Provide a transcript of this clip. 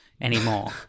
anymore